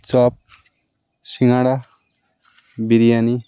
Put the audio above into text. chop singara biryani